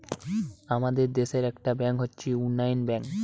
আমাদের দেশের একটা ব্যাংক হচ্ছে ইউনিয়ান ব্যাঙ্ক